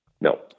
no